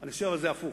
אבל אני חושב שזה הפוך.